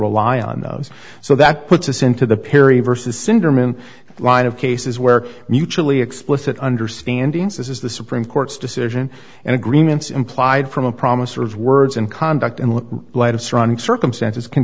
rely on those so that puts us into the perry versus interment line of cases where mutually explicit understanding this is the supreme court's decision and agreements implied from a promise or is words and conduct in the light of surrounding circumstances can